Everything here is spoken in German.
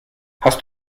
hast